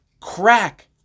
crack